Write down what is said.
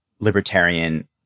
libertarian